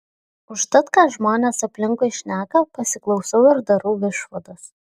užtat ką žmonės aplinkui šneka pasiklausau ir darau išvadas